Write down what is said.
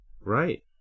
Right